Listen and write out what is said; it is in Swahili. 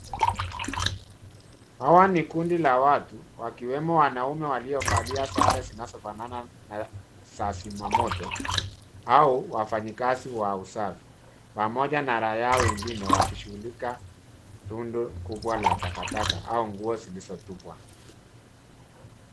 Hawa ni kundi la watu wakiwemo wanaume waliovalia sare zinazofanana na za zimamoto, au wafanyikazi wa usafi. Pamoja na raia wengine wakishughulika rundo kubwa la takataka au nguo zilizotupwa.